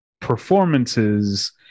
performances